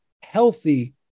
healthy